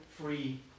free